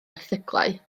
erthyglau